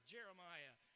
Jeremiah